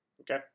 Okay